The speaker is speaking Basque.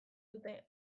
dute